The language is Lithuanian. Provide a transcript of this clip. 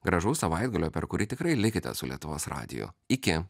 gražaus savaitgalio per kurį tikrai likite su lietuvos radiju iki